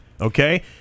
Okay